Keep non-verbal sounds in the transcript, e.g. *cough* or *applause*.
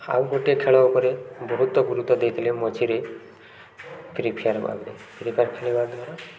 ଆଉ ଗୋଟେ ଖେଳ ଉପରେ ବହୁତ ଗୁରୁତ୍ୱ ଦେଇଥିଲେ ମଝିରେ ଫ୍ରି ଫାୟାର୍ *unintelligible* ଫ୍ରି ଫାୟାର୍ ଖେଳିବା ଦ୍ୱାରା